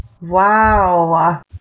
wow